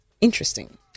Interesting